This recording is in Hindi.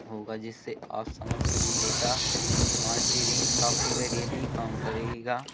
होगा जिससे आप समझ सकें डेटा मोनटेरींग सॉफ्टवेयर यही काम करेगा